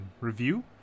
review